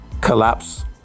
collapse